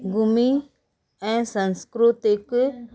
घुमी ऐं सांस्कृतिक